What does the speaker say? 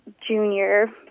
junior